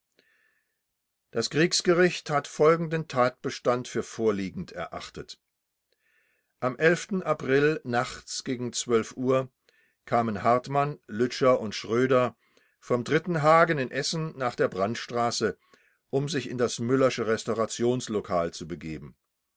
das kriegsgericht hat folgenden tatbestand für vorliegend erachtet am april nachts gegen uhr kamen hartmann lütscher und schröder vom dritten hagen in essen nach der brandstraße um sich in das müllersche restaurationslokal zu begeben